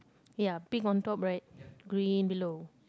ya pink on top right green below